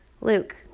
Luke